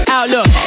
Outlook